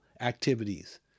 activities